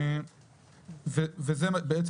התיקון עושה